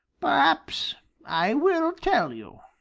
perhaps i will tell you.